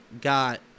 got